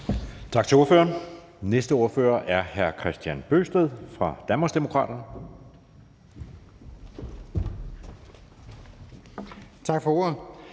Tak til ordføreren. Næste ordfører er hr. Kristian Bøgsted fra Danmarksdemokraterne. Kl.